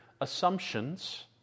assumptions